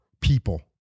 people